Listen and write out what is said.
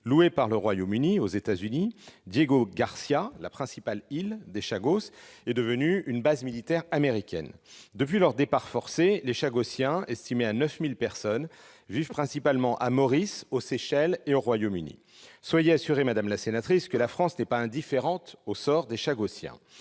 Louée par le Royaume-Uni aux États-Unis, Diego Garcia, la principale île des Chagos, est devenue une base militaire américaine. Depuis leur départ forcé, les Chagossiens, estimés à 9 000 personnes, vivent principalement à Maurice, aux Seychelles et au Royaume-Uni. Soyez assurée, madame la sénatrice, que la France n'est pas indifférente au sort des Chagossiens.